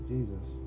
Jesus